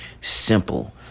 simple